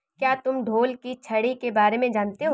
क्या तुम ढोल की छड़ी के बारे में जानते हो?